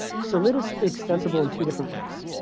so lit is extensible in two different ways.